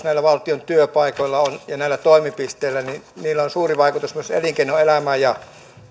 näillä valtion työpaikoilla ja näillä toimipisteillä on suuri vaikutus myös elinkeinoelämään ja